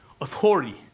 Authority